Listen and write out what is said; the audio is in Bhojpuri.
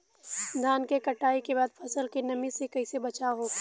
धान के कटाई के बाद फसल के नमी से कइसे बचाव होखि?